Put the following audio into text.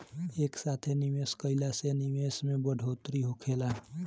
एक साथे निवेश कईला से निवेश में बढ़ोतरी होखेला